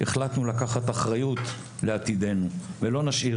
החלטנו לקחת אחריות לעתידנו ולא נשאיר